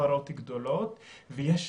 הוא בעיניי ממש קריטי וחשוב לקדם את התחום הזה.